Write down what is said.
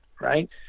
right